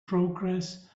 progress